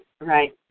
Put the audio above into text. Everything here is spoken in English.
right